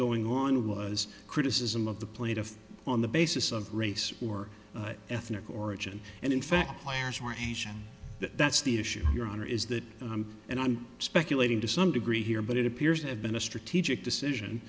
going on was criticism of the plaintiff on the basis of race or ethnic origin and in fact irish were haitian that's the issue your honor is that and i'm speculating to some degree here but it appears to have been a strategic decision